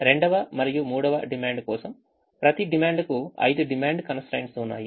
రెండవ మరియు మూడవ డిమాండ్ కోసం ప్రతి డిమాండ్ కు 5 డిమాండ్ constraints ఉన్నాయి